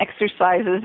exercises